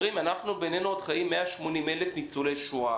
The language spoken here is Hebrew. בינינו חיים 80 אלף ניצולי שואה.